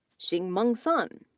xinmeng sun,